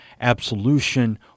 absolution